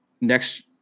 next